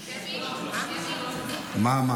מה?